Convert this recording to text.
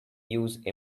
use